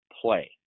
play